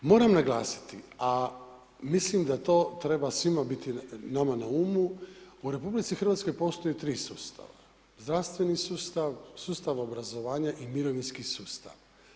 Moram naglasiti a mislim da to treba svima biti nama na umu, u RH postoji tri sustava: zdravstveni sustav, sustav obrazovanja i mirovinski sustav.